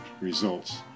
results